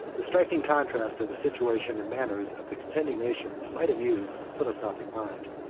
the striking contrast of the situation and manners of the contending nations might amuse a philosophic mind.